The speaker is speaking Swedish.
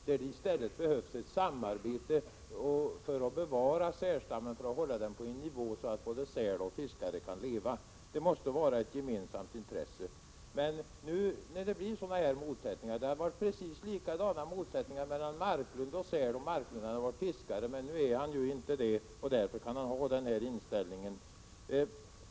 Det behövs i stället ett samarbete för att bevara sälstammen och hålla den på en sådan nivå att både säl och fiskare kan leva. Det måste vara ett gemensamt intresse. Om Leif Marklund hade varit fiskare skulle han ha förstått dessa motsättningar, men nu är han inte det och har därför en annan inställning.